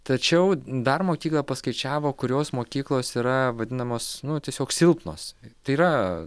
tačiau dar mokykla paskaičiavo kurios mokyklos yra vadinamos nu tiesiog silpnos tai yra